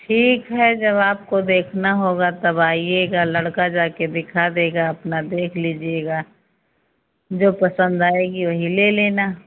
ठीक है जब आपको देखना होगा तब आइएगा लड़का जाके दिखा देगा अपना देख लीजिएगा जो पसंद आएगी वही ले लेना